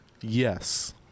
Yes